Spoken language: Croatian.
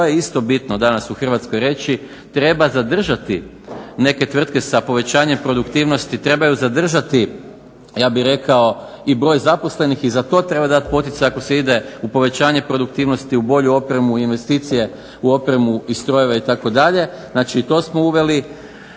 to je isto bitno danas u Hrvatskoj reći treba zadržati neke tvrtke sa povećanjem produktivnosti, trebaju zadržati ja bih rekao i broj zaposlenih i za to treba dati poticaje ako se ide u povećanje produktivnosti, u bolju opremu, investicije u opremu i strojeve itd. Znači i to smo uveli.